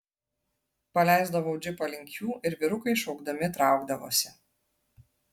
paleisdavau džipą link jų ir vyrukai šaukdami traukdavosi